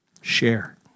Share